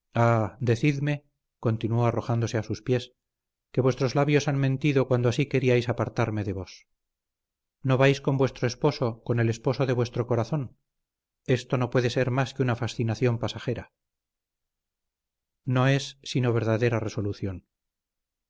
decidme continuó arrojándose a sus pies que vuestros labios han mentido cuando así queríais apartarme de vos no vais con vuestro esposo con el esposo de vuestro corazón esto no puede ser más que una fascinación pasajera no es sino verdadera resolución